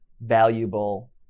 valuable